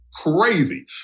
Crazy